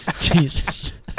Jesus